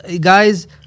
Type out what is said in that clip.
guys